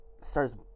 starts